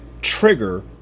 Trigger